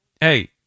hey